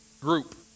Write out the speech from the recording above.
group